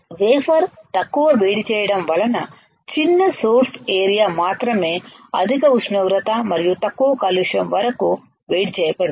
wafer తక్కువ వేడి చేయడం వలన చిన్న సోర్స్ ఏరియా మాత్రమే అధిక ఉష్ణోగ్రత మరియు తక్కువ కాలుష్యం వరకు వేడి చేయబడుతుంది